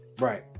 Right